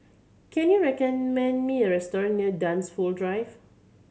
can you recommend me a restaurant near Dunsfold Drive